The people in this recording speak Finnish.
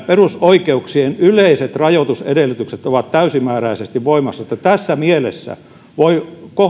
perusoikeuksien yleiset rajoitusedellytykset ovat täysimääräisesti voimassa niin että tässä mielessä voi